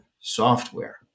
software